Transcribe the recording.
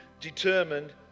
determined